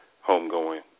home-going